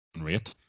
rate